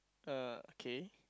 er okay